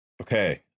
Okay